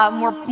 more